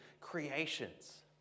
creations